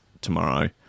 tomorrow